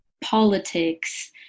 politics